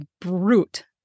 brute